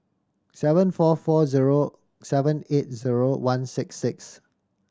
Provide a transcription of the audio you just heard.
seven four four zero seven eight zero one six six